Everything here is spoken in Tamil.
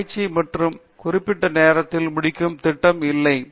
ஆராய்ச்சி என்பது குறிப்பிட்ட நேரத்தில் முடிக்கும் திட்டம் இல்லை